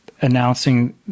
announcing